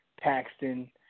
Paxton